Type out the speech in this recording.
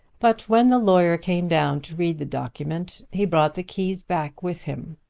but when the lawyer came down to read the document he brought the keys back with him,